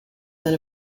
then